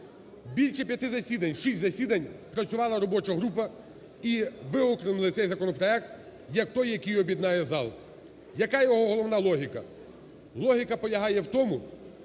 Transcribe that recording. Більше п'яти засідань, шість засідань працювала робоча група і виокремила цей законопроект як той, який об'єднає зал. Яка його головна логіка? Логіка полягає в тому,